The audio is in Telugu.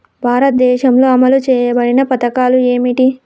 భారతదేశంలో అమలు చేయబడిన పథకాలు ఏమిటి?